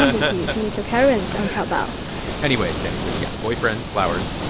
meet your parents on taobao anyways, sandy says, yeah, boyfriends, flowers,